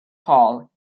hall